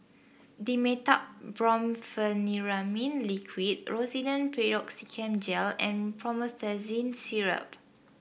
Dimetapp Brompheniramine Liquid Rosiden Piroxicam Gel and Promethazine Syrup